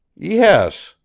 yes,